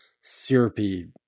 syrupy